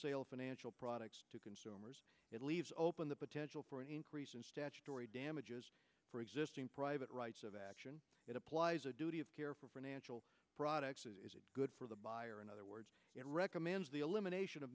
of financial products to consumers it leaves open the potential for an increase in statutory damages for existing private rights of action that applies a duty of care for financial products is good for the buyer in other words it recommends the elimination of